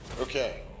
Okay